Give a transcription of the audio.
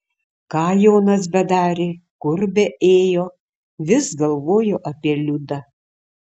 ką jonas bedarė kur beėjo vis galvojo apie liudą